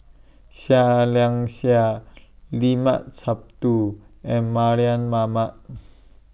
Seah Liang Seah Limat Sabtu and Mardan Mamat